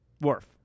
Worf